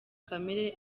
kamere